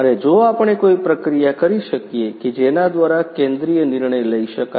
અને જો આપણે કોઈ પ્રક્રિયા કરી શકીએ કે જેના દ્વારા કેન્દ્રિય નિર્ણય લઈ શકાય